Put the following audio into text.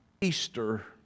easter